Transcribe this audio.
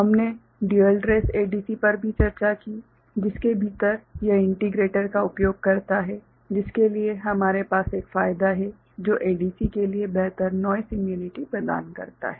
हमने dual trace ADC पर भी चर्चा की जिसके भीतर यह इंटीग्रेटर का उपयोग करता है जिसके लिए हमारे पास एक फायदा है जो एडीसी के लिए बेहतर नोइस इम्यूनिटी प्रदान करता है